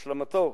השלמתו,